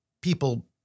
people